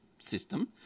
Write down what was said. system